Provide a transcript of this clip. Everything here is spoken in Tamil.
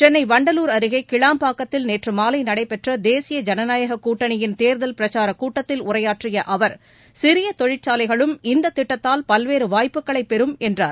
சென்னை வண்டலூர் அருகே கிளாம்பாக்கத்தில் நேற்று மாலை நடைபெற்ற தேசிய ஜனநாயக கூட்டணியின் தேர்தல் பிரச்சாரக் கூட்டத்தில் உரையாற்றிய அவர் சிறிய தொழிற்சாலைகளும் இத்திட்டத்தால் பல்வேறு வாய்ப்புகளை பெறும் என்றார்